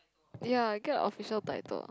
ya you get official title